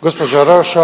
Gospođa Rauša,